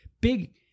big